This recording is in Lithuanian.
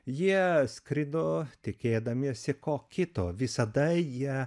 jie skrido tikėdamiesi ko kito visada jie